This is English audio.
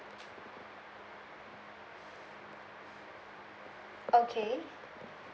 okay